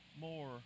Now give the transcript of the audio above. more